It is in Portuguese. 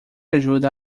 ajuda